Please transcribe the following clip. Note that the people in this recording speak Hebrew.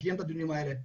קיים את הדיונים האלה,